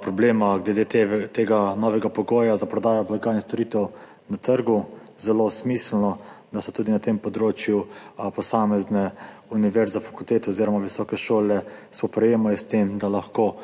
problema glede tega novega pogoja za prodajo blaga in storitev na trgu. Zelo smiselno, da se tudi na tem področju posamezne univerze, fakultete oziroma visoke šole spoprijemajo s tem, da lahko